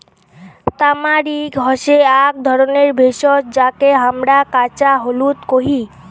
তামারিক হসে আক ধরণের ভেষজ যাকে হামরা কাঁচা হলুদ কোহি